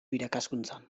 irakaskuntzan